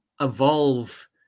evolve